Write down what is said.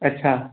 अच्छा